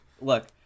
Look